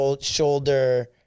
shoulder